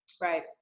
Right